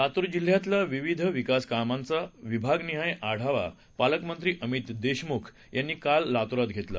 लातूर जिल्ह्यातल्या विविध विकास योजनांचा विभागनिहाय आढावा पालकमंत्री अमित देशमुख यांनी काल लातूरात घेतला